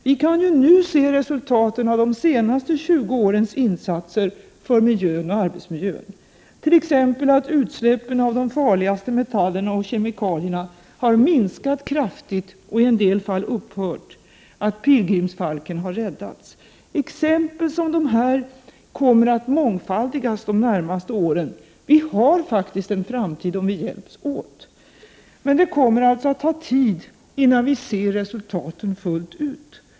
Vi kan redan nu se resultaten av de senast 20 årens insatser för miljön och arbetsmiljön. Utsläppen av de farligaste metallerna och kemikalierna har t.ex. minskat kraftigt och i en del fall upphört och pilgrimsfalken har räddats. Exempel som dessa kommer att mångfaldigas de närmaste åren. Vi har faktiskt en framtid om vi hjälps åt! Det kommer emellertid att ta tid innan vi ser resultaten fullt ut.